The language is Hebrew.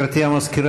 נגד גברתי המזכירה,